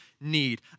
need